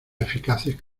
eficaces